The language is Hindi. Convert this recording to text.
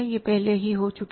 यह पहले ही हो चुकी है